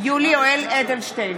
יולי יואל אדלשטיין,